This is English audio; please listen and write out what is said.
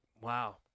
Wow